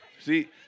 See